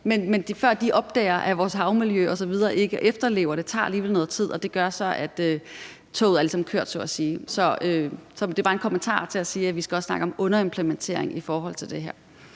men før de opdager, at vores havmiljø osv. ikke efterlever det, går der alligevel noget tid, og det gør så, at toget så at sige ligesom er kørt. Det er bare en kommentar for at sige, at vi også skal snakke om underimplementering i forhold til det her.